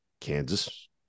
Kansas